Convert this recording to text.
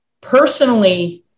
personally